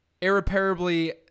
irreparably